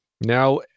Now